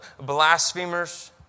blasphemers